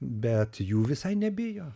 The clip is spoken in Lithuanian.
bet jų visai nebijo